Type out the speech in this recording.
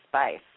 space